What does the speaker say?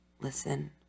listen